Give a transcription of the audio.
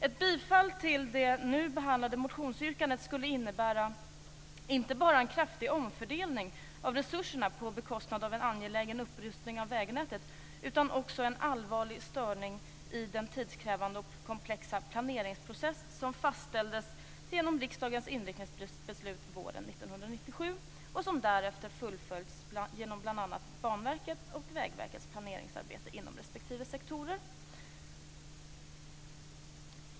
Ett bifall till det nu behandlade motionsyrkandet skulle innebära inte bara en kraftig omfördelning av resurserna på bekostnad av en angelägen upprustning av vägnätet utan också en allvarlig störning i den tidskrävande och komplexa planeringsprocess som fastställdes genom riksdagens inriktningsbeslut våren 1997 och som därefter fullföljts genom bl.a. Banverkets och Vägverkets planeringsarbete inom respektive sektorer.